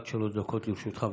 עד שלוש דקות גם לרשותך.